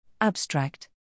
Abstract